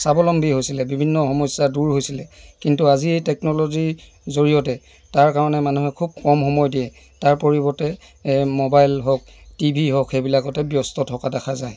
স্বাৱলম্বী হৈছিলে বিভিন্ন সমস্যা দূৰ হৈছিলে কিন্তু আজি এই টেকন'ল'জী জৰিয়তে তাৰ কাৰণে মানুহে খুব কম সময় দিয়ে তাৰ পৰিৱৰ্তে এই মোবাইল হওক টি ভি হওক সেইবিলাকতে ব্যস্ত থকা দেখা যায়